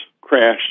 crashed